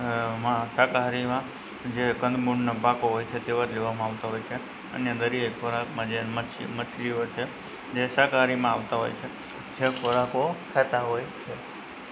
શાકાહારીમાં જે કંદમૂળનો પાકો હોય છે તેવા જ લેવામાં આવતા હોય છે અને દરિયાઈ ખોરાકમાં જે મચ્છી માછલી હોય છે જે શાકાહારીમાં આવતા હોય છે જે ખોરાકો ખાતા હોય છે